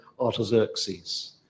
Artaxerxes